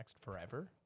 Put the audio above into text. forever